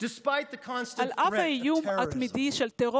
למרות איום הטרור התמידי,